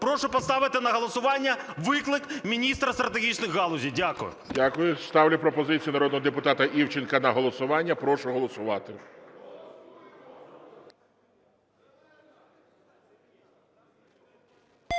Прошу поставити на голосування виклик міністра стратегічних галузей. Дякую. ГОЛОВУЮЧИЙ. Дякую. Ставлю пропозицію народного депутата Івченка на голосування. Прошу голосувати.